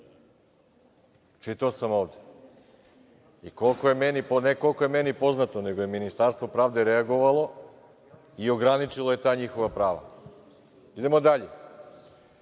i poznato, i ne koliko je meni poznato, nego koliko je Ministarstvo pravde reagovalo, ograničilo je ta njihova prava. Idemo dalje,